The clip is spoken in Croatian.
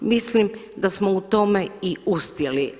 Mislim da smo u tome uspjeli.